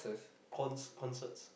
con~ concerts